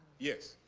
yes?